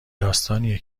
داستانیه